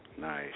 Nice